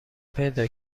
پیدا